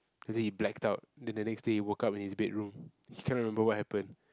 he say he blacked out then the next day he woke up in his bedroom he cannot remember what happen